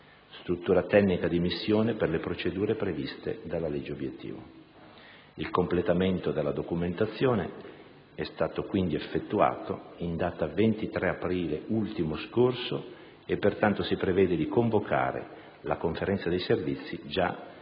struttura tecnica di missione per le procedure previste dalla legge obiettivo. Il completamento della documentazione è stato, quindi, effettuato in data 23 aprile ultimo scorso e, pertanto, si prevede di convocare la Conferenza dei servizi già nella